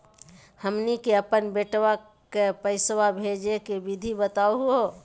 हमनी के अपन बेटवा क पैसवा भेजै के विधि बताहु हो?